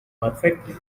perfectly